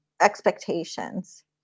expectations